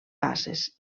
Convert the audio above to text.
passes